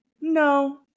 No